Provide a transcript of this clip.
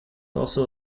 also